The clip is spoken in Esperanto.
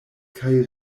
kaj